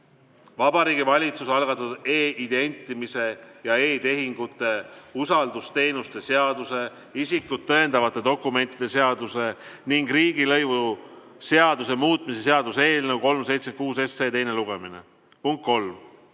Vabariigi Valitsuse algatatud e-identimise ja e-tehingute usaldusteenuste seaduse, isikut tõendavate dokumentide seaduse ning riigilõivuseaduse muutmise seaduse eelnõu 376 teine lugemine. Punkt kolm,